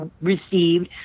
received